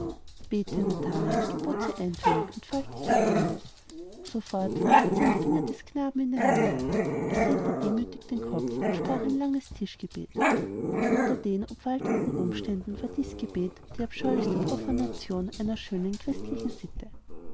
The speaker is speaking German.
gebot sie eintönig und faltete die hände sofort fuhren die zehn finger des knaben ineinander er senkte demütig den kopf und sprach ein langes tischgebet unter den obwaltenden umständen war dies gebet die abscheulichste profanation einer schönen christlichen sitte